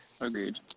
Agreed